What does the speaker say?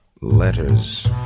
Letters